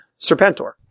Serpentor